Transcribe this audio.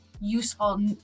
useful